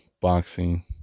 boxing